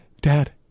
Dad